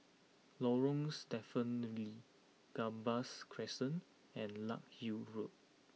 Lorong Stephen Lee Gambas Crescent and Larkhill Road